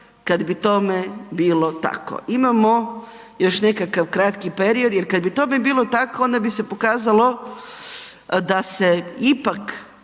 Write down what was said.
kad bi tome bilo tako. Imamo još nekakav kratki period, jer kad bi tome bilo tako onda bi se pokazalo da se ipak